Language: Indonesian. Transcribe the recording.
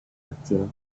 kecil